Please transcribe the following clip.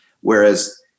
whereas